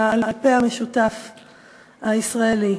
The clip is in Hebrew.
מהעל-פה המשותף הישראלי,